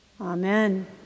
amen